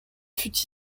fut